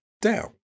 down